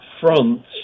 fronts